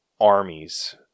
armies